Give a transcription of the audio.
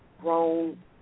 grown